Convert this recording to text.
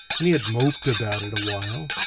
and he had moped about it awhile,